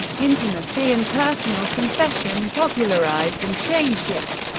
intimacy and personal confession popularized and changed it.